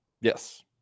Yes